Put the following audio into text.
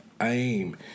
aim